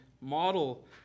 model